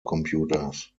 computers